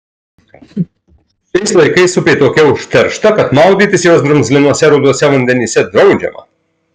šiais laikais upė tokia užteršta kad maudytis jos drumzlinuose ruduose vandenyse draudžiama